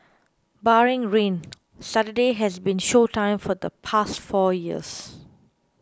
barring rain Saturday has been show time for the past four years